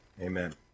amen